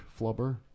Flubber